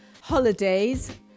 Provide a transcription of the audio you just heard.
holidays